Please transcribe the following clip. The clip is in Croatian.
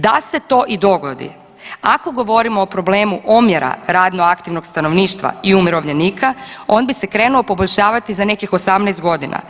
Da se to i dogodi ako govorimo o problemu omjera radno aktivnog stanovništva i umirovljenika on bi se krenuo poboljšavati za nekih 18 godina.